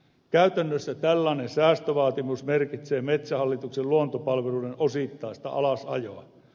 käytännössä tällainen säästövaatimus merkitsee metsähallituksen luontopalveluiden osittaista alasajoa